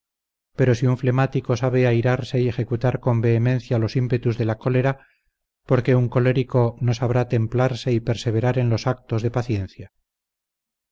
pero si un flemático sabe airarse y ejecutar con vehemencia los ímpetus de la cólera por qué un colérico no sabrá templarse y perseverar en los actos de paciencia